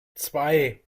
zwei